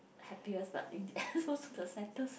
happiest but in the end also the saddest